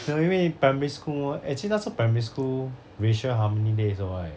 没有因为 primary school actually 那时候 primary school racial harmony day 的时候 right